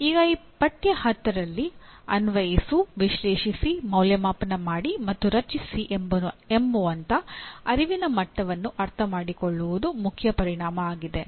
ಈಗ ಈ ಪಠ್ಯ 10ರಲ್ಲಿ ಅನ್ವಯಿಸು ವಿಶ್ಲೇಷಿಸಿ ಮೌಲ್ಯಮಾಪನ ಮಾಡಿ ಮತ್ತು ರಚಿಸಿ ಎಂಬುವಂತ ಅರಿವಿನ ಮಟ್ಟವನ್ನು ಅರ್ಥಮಾಡಿಕೊಳ್ಳುವುದು ಮುಖ್ಯ ಪರಿಣಾಮ ಆಗಿದೆ